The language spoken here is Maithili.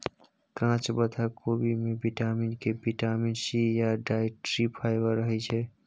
काँच बंधा कोबी मे बिटामिन के, बिटामिन सी या डाइट्री फाइबर रहय छै